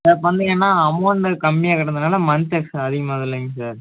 அதாவது பார்த்தீங்கன்னா அமௌண்ட்டு கம்மியா கட்டுறதுனால மன்த்தஸ் அதிகமாகுதில்லைங்க சார்